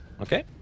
Okay